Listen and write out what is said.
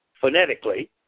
phonetically